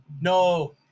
No